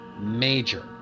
major